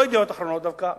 לא "ידיעות אחרונות" דווקא,